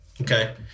okay